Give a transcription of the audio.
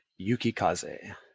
yukikaze